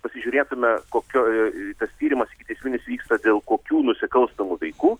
pasižiūrėtume kokioj tas tyrimas ikiteisminis vyksta dėl kokių nusikalstamų veikų